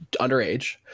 underage